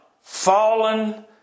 fallen